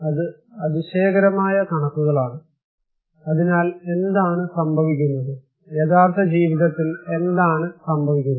അത് അതിശയകരമായ കണക്കുകളാണ് അതിനാൽ എന്താണ് സംഭവിക്കുന്നത് യഥാർത്ഥ ജീവിതത്തിൽ എന്താണ് സംഭവിക്കുന്നത്